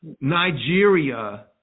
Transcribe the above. Nigeria